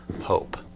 hope